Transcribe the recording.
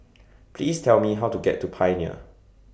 Please Tell Me How to get to Pioneer